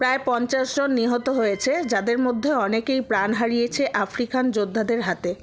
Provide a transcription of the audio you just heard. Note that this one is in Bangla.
প্রায় পঞ্চাশজন নিহত হয়েছে যাদের মধ্যে অনেকেই প্রাণ হারিয়েছে আফ্রিকান যোদ্ধাদের হাতে